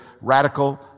radical